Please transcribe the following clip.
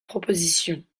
propositions